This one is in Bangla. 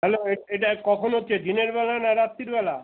হ্যালো এটা কখন হচ্ছে দিনেরবেলা না রাত্রিবেলা